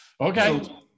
okay